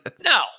no